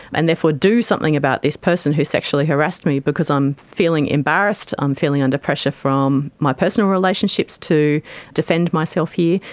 and therefore do something about this person who sexually harassed me because i'm feeling embarrassed, i'm feeling under pressure from my personal relationships to defend myself here,